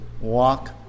walk